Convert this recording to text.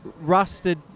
rusted